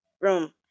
room